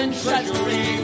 treasury